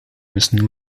müssen